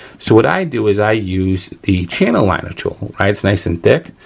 so, what i do is i use the channel liner tool. right, it's nice and thick.